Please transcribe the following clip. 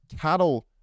cattle